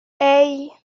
hey